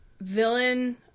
villain